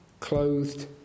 clothed